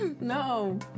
No